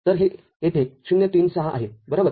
तर हे येथे ०३६ आहे बरोबर